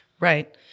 Right